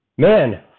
Man